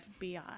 fbi